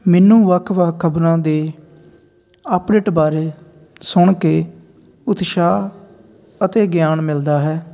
ਮੈਨੂੰ ਵੱਖ ਵੱਖ ਖਬਰਾਂ ਦੇ ਅਪਡੇਟ ਬਾਰੇ ਸੁਣ ਕੇ ਉਤਸ਼ਾਹ ਅਤੇ ਗਿਆਨ ਮਿਲਦਾ ਹੈ